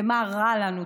ומה רע לנו,